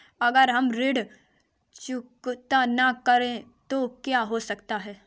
अगर हम ऋण चुकता न करें तो क्या हो सकता है?